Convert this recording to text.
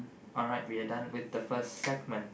alright we are done with the first segment